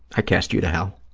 i cast you to hell.